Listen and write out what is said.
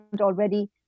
already